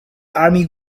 army